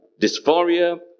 dysphoria